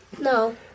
No